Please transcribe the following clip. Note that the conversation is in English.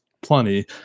plenty